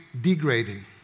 degrading